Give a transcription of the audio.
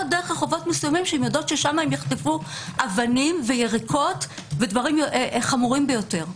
דרך רחובות מסוימים שיודעות ששם יחטפו אבנים ויריקות ודברים חמורים ביותר.